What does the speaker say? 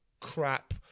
crap